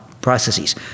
processes